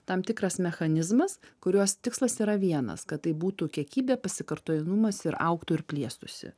tam tikras mechanizmas kurios tikslas yra vienas kad tai būtų kiekybė pasikartojamumas ir augtų ir plėstųsi